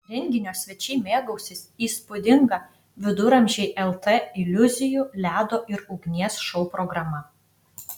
renginio svečiai mėgausis įspūdinga viduramžiai lt iliuzijų ledo ir ugnies šou programa